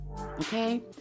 okay